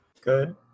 Good